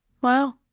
Wow